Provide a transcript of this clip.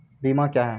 बीमा क्या हैं?